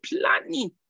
planning